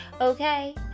okay